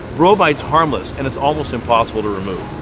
bromide's harmless and it's almost impossible to remove.